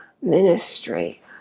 ministry